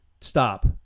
stop